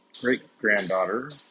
great-granddaughter